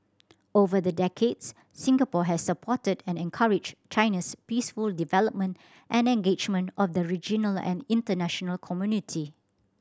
over the decades Singapore has supported and encouraged China's peaceful development and engagement of the regional and international community